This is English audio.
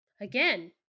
Again